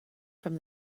from